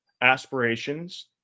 aspirations